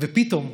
ופתאום,